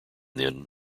then